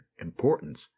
importance